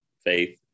faith